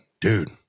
dude